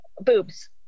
boobs